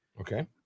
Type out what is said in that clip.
Okay